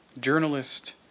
Journalist